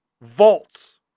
Vaults